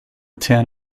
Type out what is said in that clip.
town